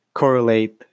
correlate